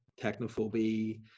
technophobia